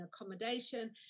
accommodation